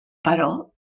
però